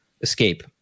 escape